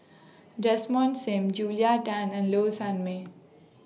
Desmond SIM Julia Tan and Low Sanmay